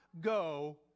go